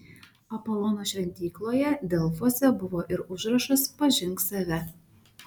apolono šventykloje delfuose buvo ir užrašas pažink save